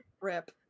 Rip